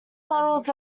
models